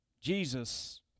Jesus